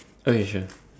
okay sure